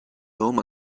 home